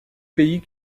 pays